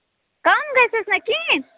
کَم گژھیس نہ کِہیٖنۍ